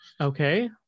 Okay